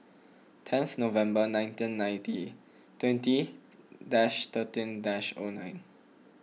tenth November nineteen ninety twenty dash thirteen dash O nine